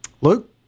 Luke